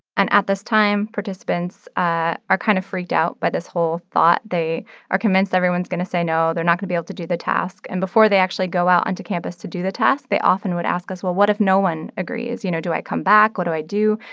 and at this time, participants are kind of freaked out by this whole thought. they are convinced everyone's going to say no, they're not going to be able to do the task. and before they actually go out onto campus to do the task, they often would ask us well, what if no one agrees? you know, do i come back? what do i do?